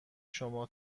شما